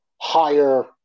higher –